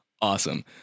awesome